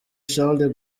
charles